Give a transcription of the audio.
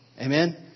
Amen